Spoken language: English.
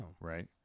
right